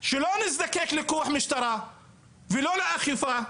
שלא נזדקק לכוח משטרה ולא לאכיפה,